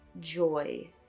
joy